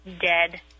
dead